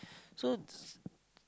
so